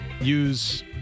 use